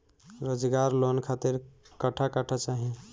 रोजगार लोन खातिर कट्ठा कट्ठा चाहीं?